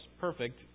perfect